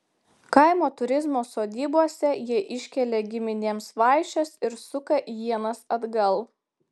kaimo turizmo sodybose jie iškelia giminėms vaišes ir suka ienas atgal